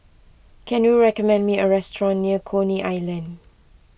can you recommend me a restaurant near Coney Island